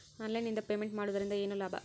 Online ನಿಂದ payment ಮಾಡುವುದರಿಂದ ಏನು ಲಾಭ?